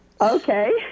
Okay